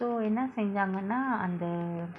so என்ன செஞ்சாங்கன்னா அந்த:enna senjangana andtha